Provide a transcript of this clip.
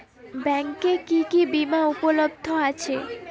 ব্যাংকে কি কি বিমা উপলব্ধ আছে?